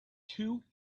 two